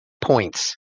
points